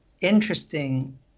interesting